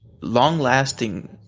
long-lasting